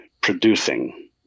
producing